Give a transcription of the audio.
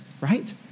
Right